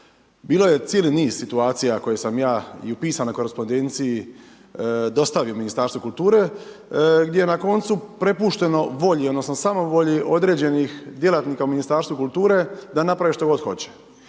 Bilo je cijeli niz situacija koje sam ja i u pisanoj korespondenciji dostavio Ministarstvu kulture gdje je na koncu prepušteno volji, odnosno samovolji određenih djelatnika u Ministarstvu kulture da naprave šta god hoće.